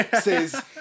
Says